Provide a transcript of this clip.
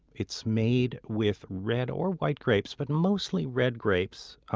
it's made with red or white grapes, but mostly red grapes. ah